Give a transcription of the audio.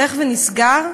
הולך ונסגר,